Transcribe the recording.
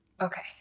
Okay